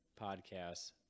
podcasts